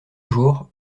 jours